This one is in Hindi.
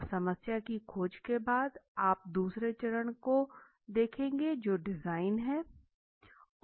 अब समस्या की खोज के बाद आप दूसरे चरण को देखेंगे जो डिजाइन है